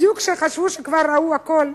בדיוק כשחשבו שכבר ראו הכול,